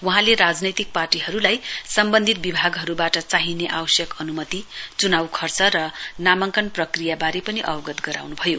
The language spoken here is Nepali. वहाँले राजनैतिक पार्टीहरूलाई सम्बन्धित विभागहरूबाट चाहिने आवश्यक अनुमति चुनाउ खर्च र नामाङ्कन प्रक्रियाबारे पनि अवगत गराउनभयो